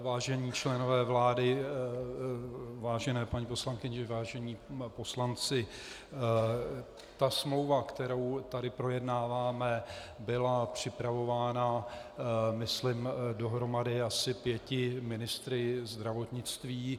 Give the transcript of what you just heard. Vážení členové vlády, vážené paní poslankyně, vážení poslanci, smlouva, kterou tady projednáváme, byla připravována myslím dohromady asi pěti ministry zdravotnictví.